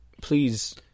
please